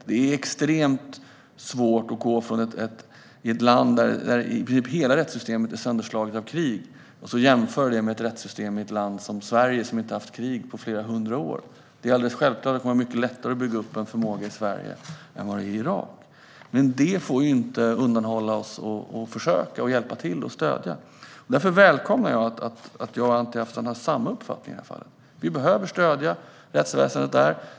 Det är extremt svårt att utgå från ett land där i princip hela rättssystemet är sönderslaget av krig och jämföra det med rättssystemet i ett land som Sverige, som inte har haft krig på flera hundra år. Det är alldeles självklart att det är mycket lättare att bygga upp en förmåga i Sverige än det är i Irak. Detta får dock inte undanhålla oss från att försöka att hjälpa till och att stödja. Därför välkomnar jag att Anti Avsan och jag har samma uppfattning i det här fallet. Vi behöver stödja rättsväsendet i Irak.